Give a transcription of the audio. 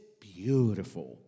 beautiful